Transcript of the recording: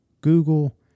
Google